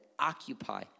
occupy